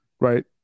right